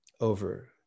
over